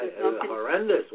horrendous